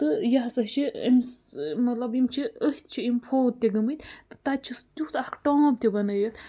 تہٕ یہِ ہسا چھِ أمِس مطلب یِم چھِ أتھۍ چھِ یِم فوت تہِ گٔمٕتۍ تہٕ تَتہِ چھُس تیُتھ اَکھ ٹامب تہِ بَنٲوِتھ